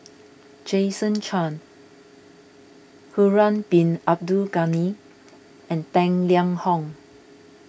Jason Chan Harun Bin Abdul Ghani and Tang Liang Hong